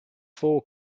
four